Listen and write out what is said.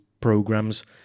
programs